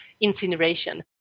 incineration